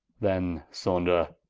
then saunder,